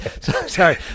sorry